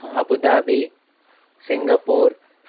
Abu Dhabi Singapore